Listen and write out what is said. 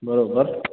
बराबरि